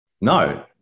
No